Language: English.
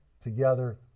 together